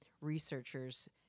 researchers